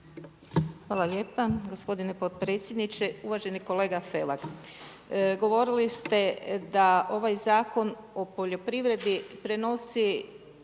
Hvala lijepa gospodine potpredsjedniče,. Uvaženi kolega Felak, govorili ste da ovaj Zakon o poljoprivredi prenosi